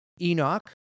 Enoch